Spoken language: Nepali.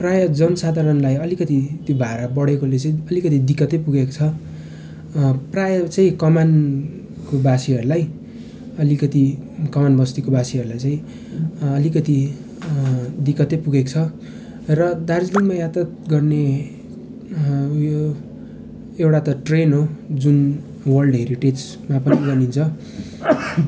प्राय जनसाधरणलाई अलिकति भाडा बढेकोले चाहिँ अलिकति दिक्कतै पुगेको छ प्राय चाहिँ कमानको बासीहरूलाई अलिकति कमानबस्तीको बासीहरूलाई चाहिँ अलिकति दिक्कतै पुगेको छ र दार्जिलिङमा यातायात गर्ने उयो एउटा त ट्रेन हो जुन वर्ल्ड हेरिटेजमा पर्न जान्छ